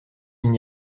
n’y